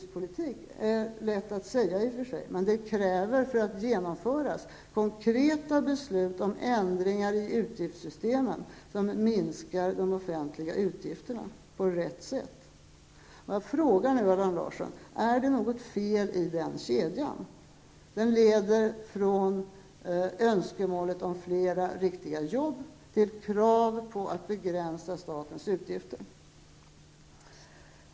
Det är lätt att tala om en stram utgiftspolitik, men för att genomföra en sådan krävs konkreta beslut om ändringar i utgiftssystemen som minskar de offentliga utgifterna på rätt sätt. Jag frågar nu Allan Larsson: Är det något fel i kedjan? Den leder från önskemålet om fler riktiga jobb till krav på att begränsa statens utgifter.